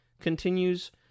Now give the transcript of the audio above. continues